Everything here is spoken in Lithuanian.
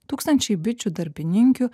tūkstančiai bičių darbininkių